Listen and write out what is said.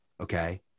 Okay